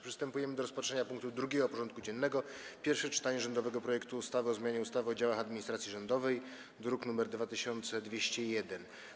Przystępujemy do rozpatrzenia punktu 2. porządku dziennego: Pierwsze czytanie rządowego projektu ustawy o zmianie ustawy o działach administracji rządowej (druk nr 2201)